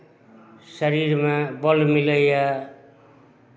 शरीरमे बल मिलैए